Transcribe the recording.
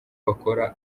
bakora